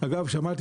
אגב שמעתי